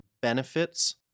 benefits